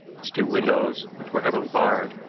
its two windows, which were heavily barred,